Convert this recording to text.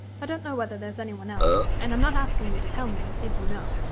i don't know whether there's anyone else, and i'm not asking you to tell me, if you know.